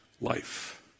life